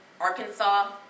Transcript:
Arkansas